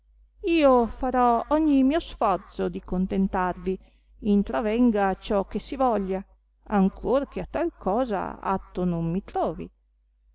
io farò ogni mio sforzo di contentarvi intravenga ciò che si voglia ancor che a tal cosa atto non mi trovi